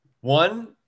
One